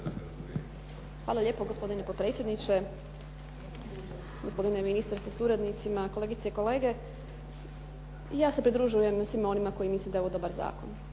Hvala lijepo gospodine potpredsjedniče, gospodine ministre sa suradnicima, kolegice i kolege. Ja se pridružujem svima onima koji misle da je ovo dobar zakon